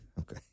Okay